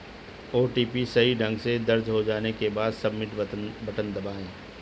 OTP सही ढंग से दर्ज हो जाने के बाद, सबमिट बटन दबाएं